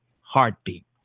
heartbeat